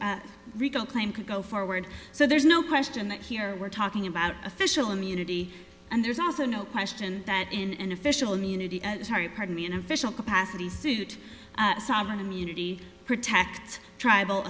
rico claim could go forward so there's no question that here we're talking about official immunity and there's also no question that in an official immunity and sorry pardon me in official capacity suit sovereign immunity protects tribal